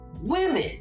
women